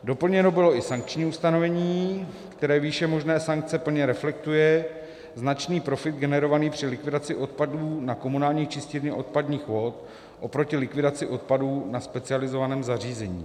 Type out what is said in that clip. Doplněno bylo i sankční ustanovení, kde výše možné sankce plně reflektuje značný profit generovaný při likvidaci odpadů na komunální čistírně odpadních vod oproti likvidaci odpadů na specializovaném zařízení.